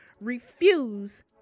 refuse